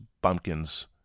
bumpkins